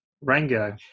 rango